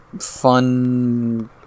fun